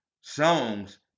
songs